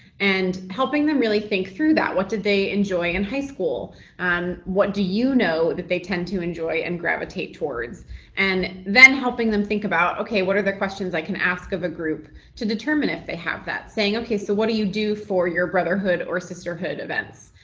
and helping them really think through that what did they enjoy in high school? and um what do you know that they tend to enjoy and gravitate towards and then helping them think about okay what are the questions i can ask of a group to determine if they have that. saying okay, so what do you do for your brotherhood or sisterhood events,